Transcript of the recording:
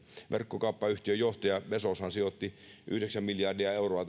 verkkokauppayhtiön johtaja bezos tässä hiljattain sijoitti yhdeksän miljardia euroa